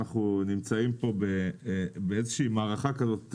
אנחנו נמצאים פה באיזה שהיא מערכה כזאת,